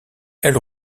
elle